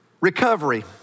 Recovery